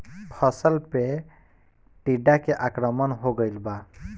फसल पे टीडा के आक्रमण हो गइल बा?